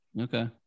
Okay